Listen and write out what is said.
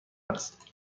است